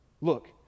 Look